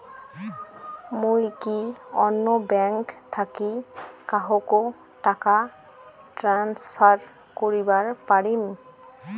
মুই কি অন্য ব্যাঙ্ক থাকি কাহকো টাকা ট্রান্সফার করিবার পারিম?